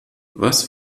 was